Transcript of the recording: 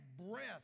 breath